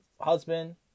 husband